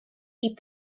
keep